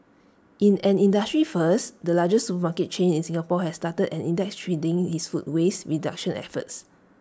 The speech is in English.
in an industry first the largest supermarket chain in Singapore has started an index tracking its food waste reduction efforts